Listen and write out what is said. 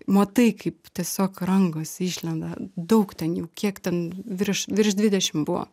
matai kaip tiesiog rangosi išlenda daug ten jų kiek ten virš virš dvidešim buvo